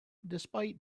despite